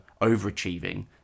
overachieving